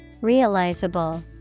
Realizable